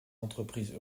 entreprises